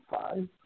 five